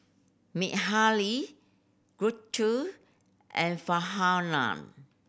Mikhail Guntur and Farhanah